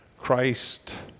Christ